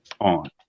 on